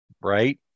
right